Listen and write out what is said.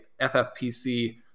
FFPC